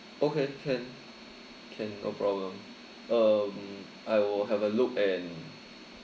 okay can can no problem um I will have a look and